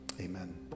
amen